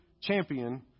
champion